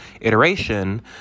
iteration